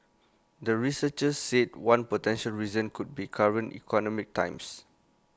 the researchers said one potential reason could be current economic times